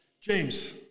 James